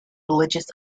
religious